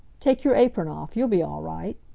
take your apron off. you'll be all right.